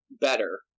better